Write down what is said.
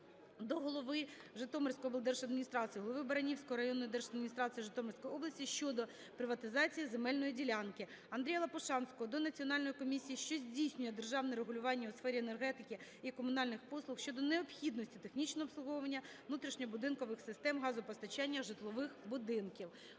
до голови Житомирської облдержадміністрації, голови Баранівської районної держадміністрації Житомирської області щодо приватизації земельної ділянки. Андрія Лопушанського до Національної комісії, що здійснює державне регулювання у сферах енергетики та комунальних послуг щодо необхідності технічного обслуговування внутрішньобудинкових систем газопостачання житлових будинків.